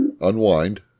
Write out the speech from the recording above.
unwind